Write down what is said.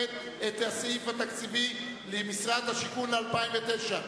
את הסעיף התקציבי למשרד השיכון ל-2009.